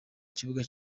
kibuga